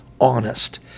honest